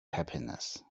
happiness